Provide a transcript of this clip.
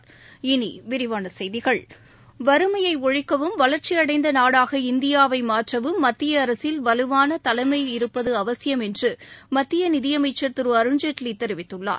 இனி விரிவான செய்திகள் வறுமையை ஒழிக்கவும் வளர்ச்சி அடைந்த நாடாக இந்தியாவை மாற்றவும் மத்திய அரசில் வலுவான தலைமை அவசியம் என்று மத்திய நிதி அமைச்சர் திரு அருண்ஜேட்லி தெரிவித்துள்ளார்